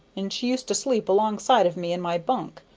and she used to sleep alongside of me in my bunk,